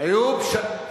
היו פשעים.